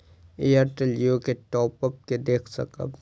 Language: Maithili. एयरटेल जियो के टॉप अप के देख सकब?